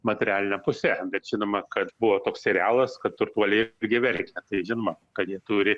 materialine puse bet žinoma kad buvo toks serialas kad turtuoliai irgi verkia tai žinoma kad jie turi